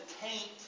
taint